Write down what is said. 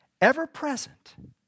ever-present